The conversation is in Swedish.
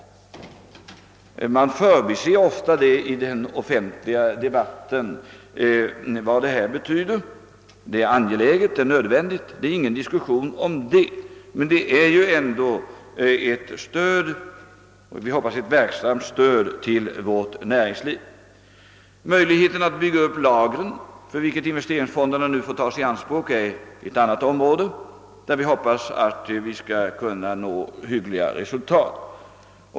Betydelsen härav förbises ofta i den offentliga debatten. Det är ett verksamt stöd för vårt näringsliv. Ett annat område för vilket investeringsfonderna nu får tas i anspråk är lagerhållningen, som med deras hjälp kan byggas upp. Vi hoppas att detta skall leda till goda resultat.